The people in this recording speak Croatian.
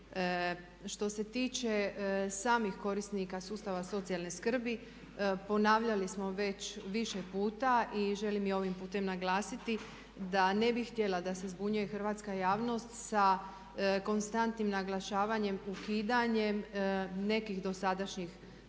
Što se tiče samih korisnika sustava socijalne skrbi ponavljali smo već više puta i želim i ovim putem naglasiti da ne bih htjela da se zbunjuje hrvatska javnost sa konstantnim naglašavanjem ukidanjem nekih dosadašnjih